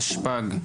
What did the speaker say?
תשפ"ג,